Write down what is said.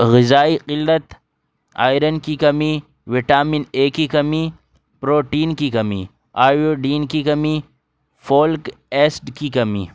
غذائی قلت آئرن کی کمی وٹامن اے کی کمی پروٹین کی کمی آیوڈین کی کمی فولک ایسڈ کی کمی